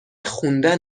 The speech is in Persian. خوندن